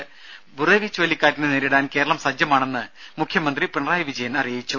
ദ്ദേ ബുറേവി ചുഴലിക്കാറ്റിനെ നേരിടാൻ കേരളം സജ്ജമാണെന്ന് മുഖ്യമന്ത്രി പിണറായി വിജയൻ അറിയിച്ചു